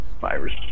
virus